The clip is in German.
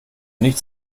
nicht